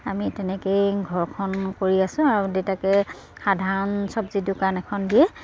আমি তেনেকেই ঘৰখন কৰি আছোঁ আৰু দেউতাকে সাধাৰণ চবজি দোকান এখন দিয়ে